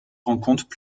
rencontrent